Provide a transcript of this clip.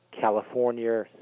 California